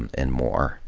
and and more,